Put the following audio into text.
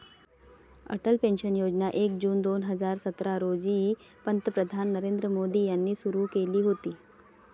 Atal pension योजना एक जून दोन हजार सतरा रोजी पंतप्रधान नरेंद्र मोदी यांनी सुरू केली होती